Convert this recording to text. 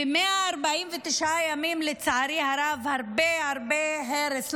לצערי הרב, ב-149 ימים יש הרבה הרבה הרס.